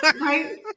right